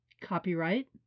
Copyright